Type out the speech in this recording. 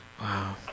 Wow